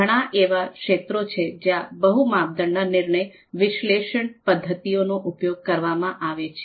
ઘણા એવા ક્ષેત્રો છે જ્યાં બહુ માપદંડના નિર્ણય વિશ્લેષણ પદ્ધતિઓનો ઉપયોગ કરવામાં આવે છે